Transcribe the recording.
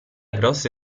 grosse